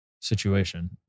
situation